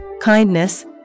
kindness